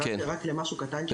רק למשהו קטן.